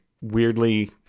weirdly –